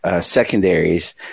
secondaries